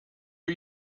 are